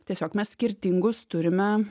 tiesiog mes skirtingus turime